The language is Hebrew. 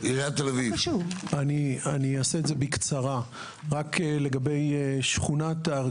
אני חושב שחסרה חקיקה בעניין הזה,